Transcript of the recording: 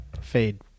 fade